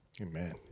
Amen